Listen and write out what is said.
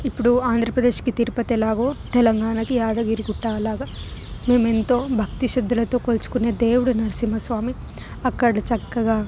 ఇప్పుడు ఆంధ్రప్రదేశ్ తిరుపతి ఎలాగో తెలంగాణకి యాదగిరిగుట్ట అలాగ మేం ఎంతో భక్తి శ్రద్ధలతో కొలుచుకునే దేవుడు నరసింహస్వామి అక్కడ చక్కగా